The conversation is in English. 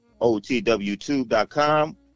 otwtube.com